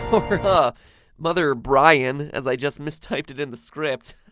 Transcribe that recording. but mother brian, as i just mistyped it in the script.